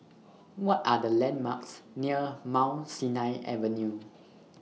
What Are The landmarks near Mount Sinai Avenue